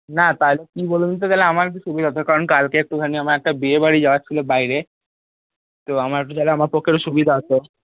না তাহলে কি বলুন তো তাহলে আমার একটু সুবিধা হত কারণ কালকে এক্টুখানি আমার একটা বিয়েবাড়ি যাওয়ার ছিল বাইরে তো আমার একটু আমার পক্ষে সুবিধা হতো